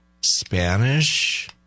Spanish